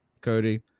Cody